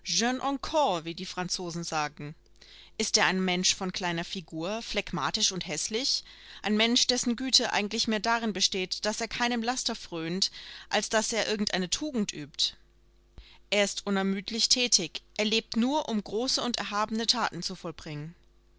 wie die franzosen sagen ist er ein mensch von kleiner figur phlegmatisch und häßlich ein mensch dessen güte eigentlich mehr darin besteht daß er keinem laster fröhnt als daß er irgend eine tugend übt er ist unermüdlich thätig er lebt nur um große und erhabene thaten zu vollbringen